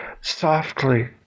Softly